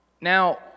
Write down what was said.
Now